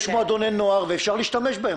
יש מועדוני נוער, ואפשר להשתמש בהם.